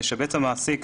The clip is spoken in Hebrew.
ישבץ המעסיק,